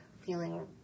feeling